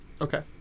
Okay